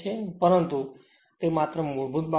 પરંતુ તે માત્ર મૂળભૂત બાબત છે